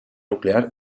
nuclear